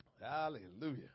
hallelujah